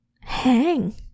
hang